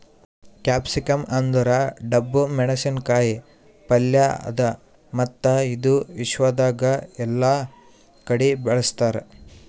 capsicum ಅಂದುರ್ ಡಬ್ಬು ಮೆಣಸಿನ ಕಾಯಿ ಪಲ್ಯ ಅದಾ ಮತ್ತ ಇದು ವಿಶ್ವದಾಗ್ ಎಲ್ಲಾ ಕಡಿ ಬೆಳುಸ್ತಾರ್